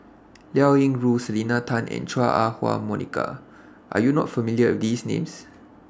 Liao Yingru Selena Tan and Chua Ah Huwa Monica Are YOU not familiar with These Names